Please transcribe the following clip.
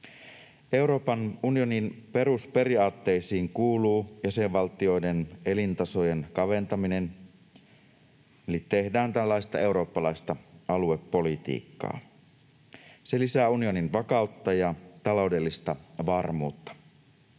Euroopan unionin perusperiaatteisiin kuuluu jäsenvaltioiden elintasojen kaventaminen, eli tehdään tällaista eurooppalaista aluepolitiikkaa. Se lisää unionin vakautta ja taloudellista varmuutta.